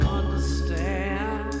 understand